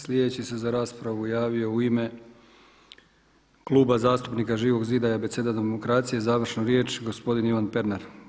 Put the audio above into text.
Sljedeći se za raspravu javio u ime Kluba zastupnika Živog zida i Abeceda demokracije završnu riječ gospodine Ivan Pernar.